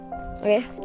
okay